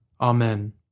Amen